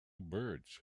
birds